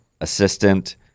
assistant